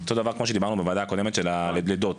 אותו דבר כמו שדיברנו בוועדה הקודמת לגבי הלידות.